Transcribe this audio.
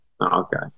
okay